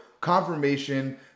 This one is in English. confirmation